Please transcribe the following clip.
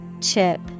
Chip